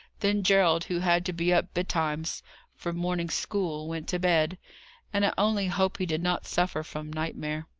then gerald, who had to be up betimes for morning school, went to bed and i only hope he did not suffer from nightmare.